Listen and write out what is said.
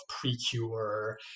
Precure